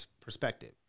perspective